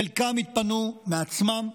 חלקם התפנו מעצמם,